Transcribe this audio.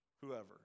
whoever